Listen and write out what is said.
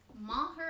Maher